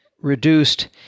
reduced